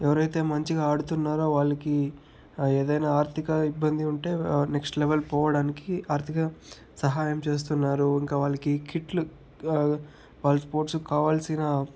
ఎవరైతే మంచిగా ఆడుతున్నారో వాళ్ళకి ఏదైనా ఆర్ధిక ఇబ్బంది ఉంటే ఆ నెక్స్ట్ లెవెల్ పోవడానికి ఆర్థిక సహాయం చేస్తున్నారు ఇంకా వాళ్ళకి కిట్లు వాళ్ళ స్పోర్ట్స్కి కావాల్సిన